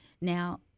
Now